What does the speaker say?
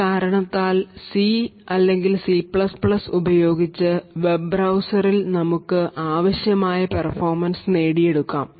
ഈ കാരണത്താൽ CC ഉപയോഗിച്ച് വെബ് ബ്രൌസറിൽ നമുക്ക് ആവശ്യമായ performance നേടിയെടുക്കാം